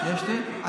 יש תנאים.